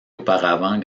auparavant